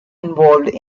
involved